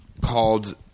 called